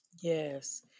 Yes